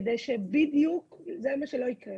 כדי שבדיוק זה מה שלא יקרה.